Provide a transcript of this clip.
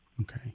Okay